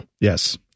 Yes